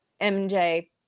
MJ